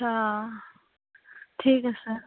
হাঁ ঠিক আছে